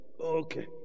Okay